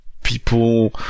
people